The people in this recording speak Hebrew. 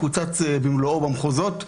קוצץ במלואו במחוזות.